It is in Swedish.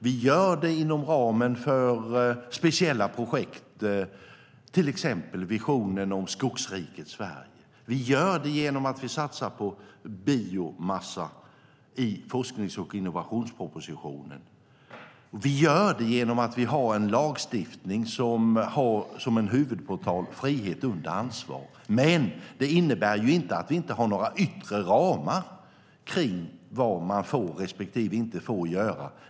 Vi gör det inom ramen för speciella projekt, till exempel visionen om skogsriket Sverige. Vi gör det genom att vi satsar på biomassa enligt forsknings och innovationspropositionen. Vi gör det genom att vi har en lagstiftning som har som huvudportal frihet under ansvar. Men det innebär inte att vi inte har några yttre ramar för vad man får respektive inte får göra.